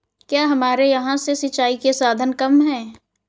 क्या हमारे यहाँ से सिंचाई के साधन कम है?